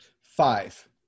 five